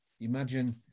imagine